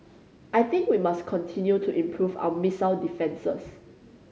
I think we must continue to improve our missile defences